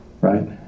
right